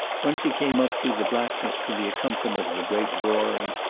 once he came up through the blackness to the accompaniment of a great roaring,